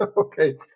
Okay